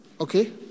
Okay